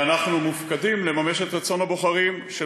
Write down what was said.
ואנחנו מופקדים לממש את רצון הבוחרים של